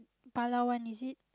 Palawan is it